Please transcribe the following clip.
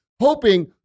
hoping